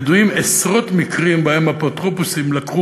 ידועים עשרות מקרים שבהם אפוטרופוסים לקחו